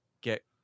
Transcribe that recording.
get